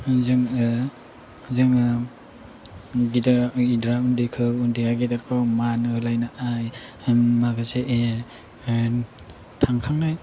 जोङो गेदेरा उन्दैखौ उन्दैया गेदेरखौ मान होलायनाय माखासे थांखांनाय